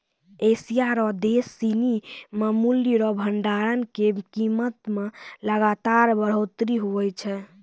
Asia रो देश सिनी मे मूल्य रो भंडार के कीमत मे लगातार बढ़ोतरी हुवै छै